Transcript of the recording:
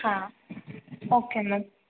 ಹಾಂ okay ma'am